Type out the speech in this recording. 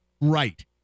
Right